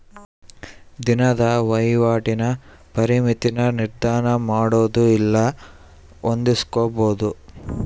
ದಿನದ ವಹಿವಾಟಿನ ಪರಿಮಿತಿನ ನಿರ್ಧರಮಾಡೊದು ಇಲ್ಲ ಹೊಂದಿಸ್ಕೊಂಬದು